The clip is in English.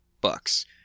bucks